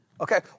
Okay